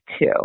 two